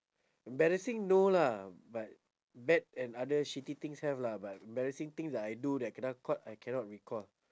embarrassing no lah but bad and other shitty things have lah but embarrassing thing that I do that I kena caught I cannot recall